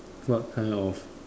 what kind of